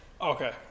Okay